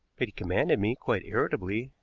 but he commanded me, quite irritably,